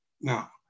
Now